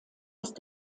ist